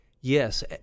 Yes